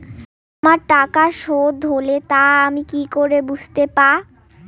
আমার টাকা শোধ হলে তা আমি কি করে বুঝতে পা?